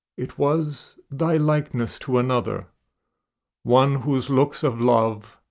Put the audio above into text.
it was thy likeness to another one whose looks of love,